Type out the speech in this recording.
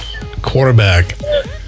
quarterback